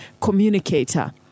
communicator